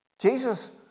Jesus